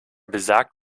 besagt